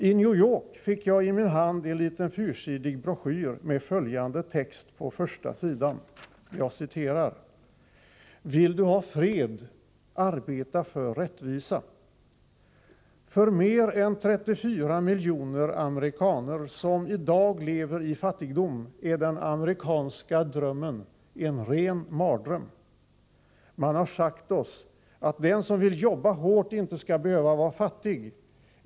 I New York fick jag i min hand en liten fyrsidig broschyr med följande text på första sidan: ”Vill du ha fred — arbeta för rättvisa. För mer än 34 miljoner amerikaner, som i dag lever i fattigdom, är den amerikanska drömmen en ren mardröm. Man har sagt oss att den som vill jobba hårt inte skall behöva vara fattig.